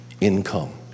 income